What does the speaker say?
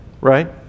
right